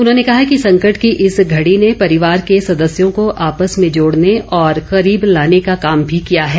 उन्होंने कहा कि संकट की इस घड़ी ने परिवार के सदस्यों को आपस में जोड़ने और करीब लाने का काम भी किया है